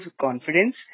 confidence